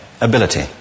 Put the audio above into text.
ability